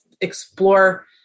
explore